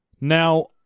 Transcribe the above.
Now